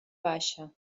baixa